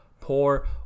poor